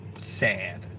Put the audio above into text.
sad